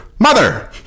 Mother